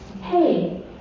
Hey